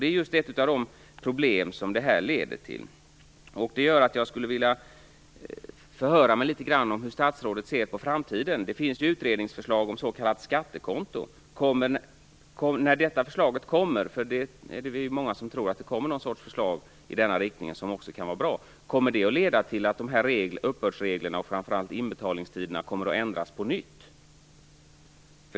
Det är just ett av de problem som det här leder till. Därför skulle jag vilja förhöra mig litet grand om hur statsrådet ser på framtiden. Det finns ju utredningsförslag om s.k. skattekonto. Vi är många som tror att någon sorts förslag i denna riktning kommer, vilket också kan vara bra. När detta förslag kommer, kommer det då att leda till att uppbördsreglerna och framför allt inbetalningstiderna kommer att ändras på nytt?